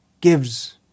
gives